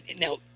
Now